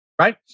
right